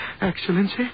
excellency